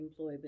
employability